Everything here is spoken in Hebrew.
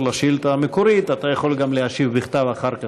לשאילתה המקורית אתה יכול להשיב גם בכתב אחר כך,